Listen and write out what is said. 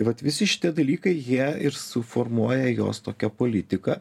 vat visi šitie dalykai jie ir suformuoja jos tokią politiką